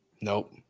Nope